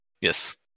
Yes